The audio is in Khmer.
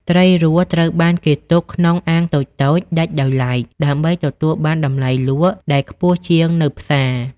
ត្រីរស់ ត្រូវបានគេទុកក្នុងអាងតូចៗដាច់ដោយឡែក ដើម្បីទទួលបានតម្លៃលក់ដែលខ្ពស់ជាងនៅផ្សារ។